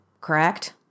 correct